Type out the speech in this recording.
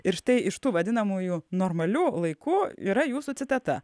ir štai iš tų vadinamųjų normalių laikų yra jūsų citata